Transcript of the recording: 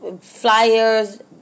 flyers